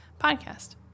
podcast